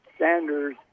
Sanders